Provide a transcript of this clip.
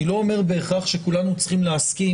אני לא אומר בהכרח שכולנו צריכים להסכים